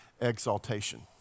exaltation